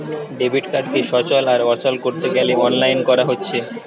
debit কার্ডকে সচল আর অচল কোরতে গ্যালে অনলাইন কোরা হচ্ছে